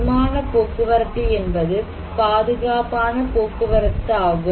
விமான போக்குவரத்து என்பது பாதுகாப்பான போக்குவரத்து ஆகும்